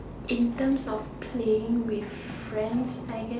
in terms of playing with friends I guess